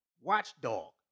watchdog